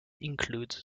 include